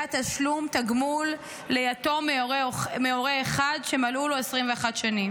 תשלום תגמול ליתום מהורה אחד שמלאו לו 21 שנים.